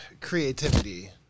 Creativity